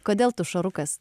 kodėl tu šarukas